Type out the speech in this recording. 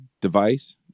device